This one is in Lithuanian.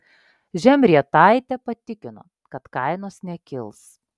žemrietaitė patikino kad kainos nekils